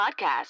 podcast